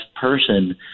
person